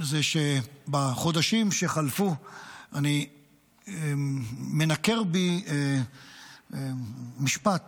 הוא שבחודשים שחלפו מנקר בי משפט